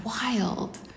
wild